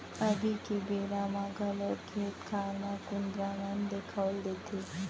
अभी के बेरा म घलौ खेत खार म कुंदरा मन देखाउ देथे